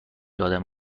ادم